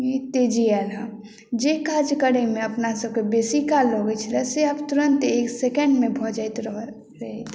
तेजी आयल हँ जे काज करैमे अपना सबकेँ बेसी काल लगैत छलऽ से आब तुरन्त एक सेकण्डमे भऽ जाइत रहऽ रहैत अछि